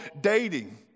dating